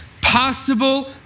possible